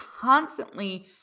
constantly